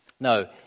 No